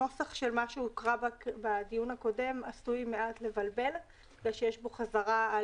הנוסח של מה שהוקרא בדיון הקודם עשוי מעט לבלבל כי יש בו חזרה.